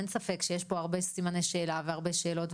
אין ספק שיש פה הרבה סימני שאלה והרבה שאלות,